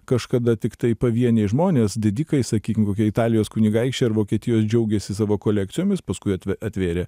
kažkada tiktai pavieniai žmonės didikai sakykim kokie italijos kunigaikščiai ar vokietijos džiaugėsi savo kolekcijomis paskui atvėrė